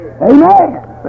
Amen